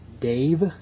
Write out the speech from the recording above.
Dave